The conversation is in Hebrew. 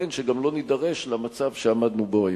ייתכן שגם לא נידרש למצב שעמדנו בו היום.